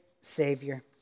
Savior